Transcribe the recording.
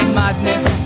madness